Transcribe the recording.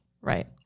Right